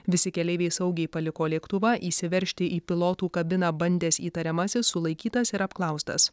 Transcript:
visi keleiviai saugiai paliko lėktuvą įsiveržti į pilotų kabiną bandęs įtariamasis sulaikytas ir apklaustas